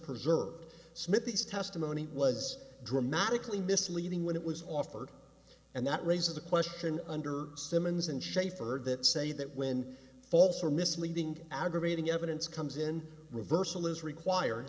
preserved smithies testimony was dramatically misleading when it was offered and that raises the question under simmons and schaefer that say that when false or misleading aggravating evidence comes in reversal is required